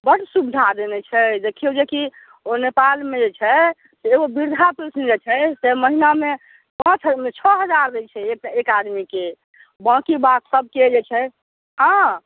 बड़ सुविधा देने छै देखियौ जेकि ओ नेपालमे जे छै से एगो वृद्धा पेंशन जे छै से एगो महीनामे पाँच छओ हजार दै छै एक एक आदमीके बाकी बाद सभके जे छै आ